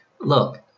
Look